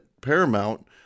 paramount